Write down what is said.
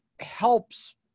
helps